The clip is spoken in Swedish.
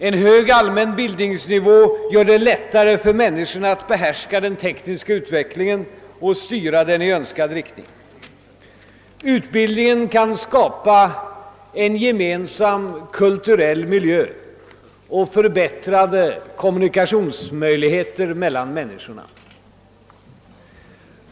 En hög allmän bildningsnivå gör det lättare för människorna att behärska den tekniska utvecklingen och styra den i önskad riktning. Utbildningen kan skapa en gemensam kulturell miljö och förbättrade möjligheter till kommunikation mellan människorna.